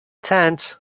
tent